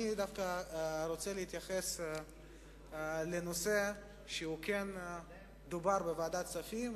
אני דווקא רוצה להתייחס לנושא שכן דובר בוועדת הכספים,